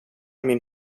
min